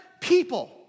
people